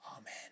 Amen